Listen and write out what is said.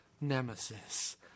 nemesis